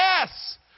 Yes